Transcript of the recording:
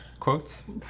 quotes